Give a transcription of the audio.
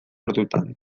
ordutan